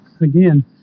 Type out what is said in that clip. again